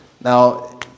Now